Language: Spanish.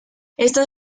estas